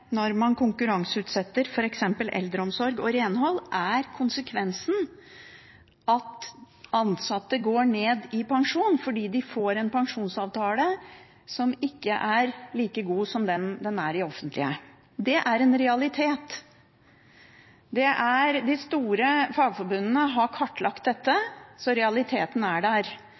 når man konkurranseutsetter f.eks. eldreomsorg og renhold er konsekvensen at ansatte går ned i pensjon, fordi de får en pensjonsavtale som ikke er like god som det den er i det offentlige. Det er en realitet. De store fagforbundene har kartlagt dette,